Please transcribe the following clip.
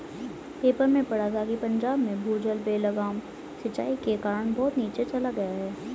paper में पढ़ा था कि पंजाब में भूजल बेलगाम सिंचाई के कारण बहुत नीचे चल गया है